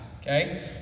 okay